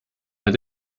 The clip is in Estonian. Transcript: need